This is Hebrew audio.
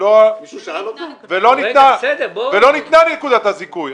לא ניתנה נקודת הזיכוי.